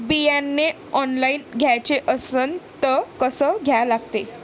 बियाने ऑनलाइन घ्याचे असन त कसं घ्या लागते?